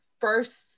first